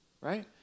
right